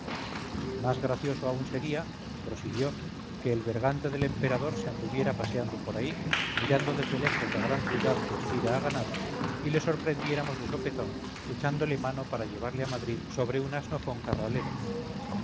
más gracioso aún sería prosiguió que el bergante del emperador se anduviera paseando por ahí mirando desde lejos la gran ciudad que aspira a ganar y le sorprendiéramos de sopetón echándole mano para llevarle a madrid sobre un asno foncarralero